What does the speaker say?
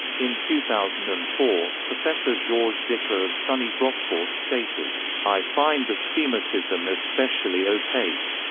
in two thousand and four, professor georges dicker of suny brockport stated i find the so schematism especially opaque.